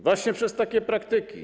Właśnie przez takie praktyki.